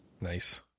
Nice